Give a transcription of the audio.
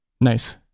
Nice